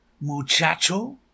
muchacho